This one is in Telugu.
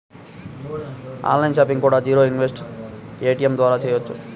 ఆన్ లైన్ షాపింగ్ కూడా జీరో ఇంటరెస్ట్ ఈఎంఐ ద్వారా చెయ్యొచ్చు